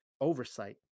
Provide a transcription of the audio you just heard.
oversight